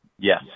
Yes